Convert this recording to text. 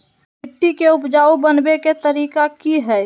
मिट्टी के उपजाऊ बनबे के तरिका की हेय?